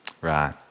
Right